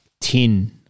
tin